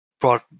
brought